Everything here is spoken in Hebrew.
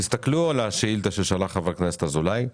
תסתכלו על השאילתה ששלח חבר הכנסת אזולאי,